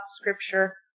Scripture